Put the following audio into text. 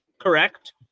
Correct